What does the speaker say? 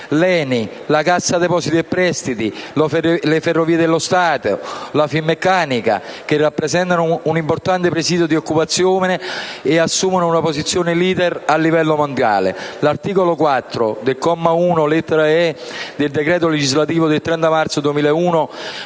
l'ENI, la Cassa depositi e prestiti, le Ferrovie dello Stato e la Finmeccanica, società che rappresentano un'importante presidio di occupazione e assumono una posizione *leader* a livello mondiale. L'articolo 4, al comma 1, lettera *e)*, del decreto legislativo del 30 marzo 2001,